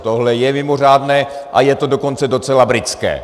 Tohle je mimořádné a je to dokonce docela britské.